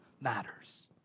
matters